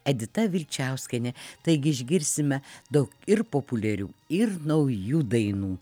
edita vilčiauskienė taigi išgirsime daug ir populiarių ir naujų dainų